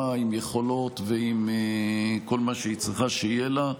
עם יכולות ועם כל מה שהיא צריכה שיהיה לה,